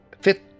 Fit